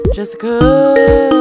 Jessica